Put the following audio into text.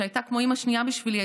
שהייתה כמו אימא שנייה בשבילי,